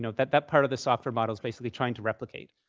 that that that part of the software model's basically trying to replicate.